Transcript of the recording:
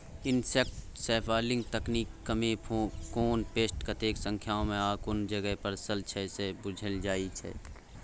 insect sampling तकनीकमे कोन pest कतेक संख्यामे आ कुन जगह पसरल छै से बुझल जाइ छै